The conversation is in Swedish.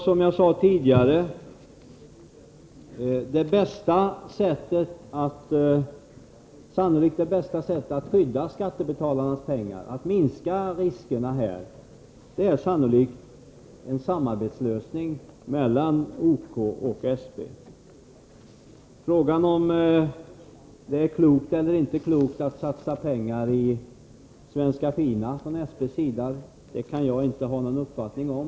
Som jag sade tidigare: Det bästa sättet att skydda skattebetalarnas pengar och minska risken är sannolikt en samarbetslösning mellan OK och SP. Frågan om det är klokt eller inte klokt från SP:s sida att satsa pengar i Svenska Fina kan jag inte ha någon uppfattning om.